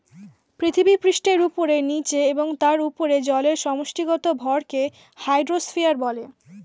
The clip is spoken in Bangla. পৃথিবীপৃষ্ঠের উপরে, নীচে এবং তার উপরে জলের সমষ্টিগত ভরকে হাইড্রোস্ফিয়ার বলে